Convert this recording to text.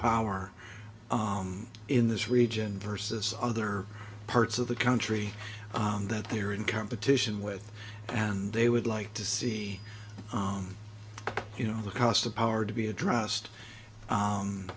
power in this region versus other parts of the country that they are in competition with and they would like to see you know the cost of power to be addressed